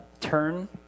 turn